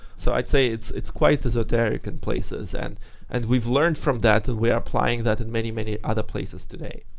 so i'd say it's it's quite esoteric in places and and we've learned from that and we are applying that in many many other places today.